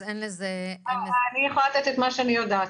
אז אין לזה אני יכולה לתת את מה שאני יודעת,